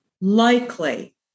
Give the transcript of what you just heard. likely